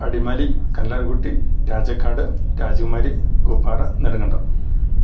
Adimali Kallarkutty Rajakkad Rajakumari Bhoopara Nedumkandam